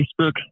Facebook